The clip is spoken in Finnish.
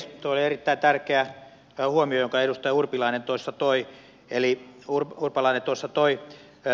tuo oli erittäin tärkeä huomio jonka edustaja urpilainen tuossa toi urpalainen tuossa toi